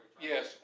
Yes